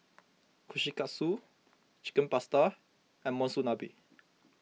Kushikatsu Chicken Pasta and Monsunabe